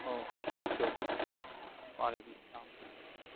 okay okay وعلیکم السلام